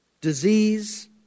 disease